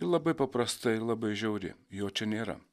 labai paprastai ir labai žiauri jo čia nėra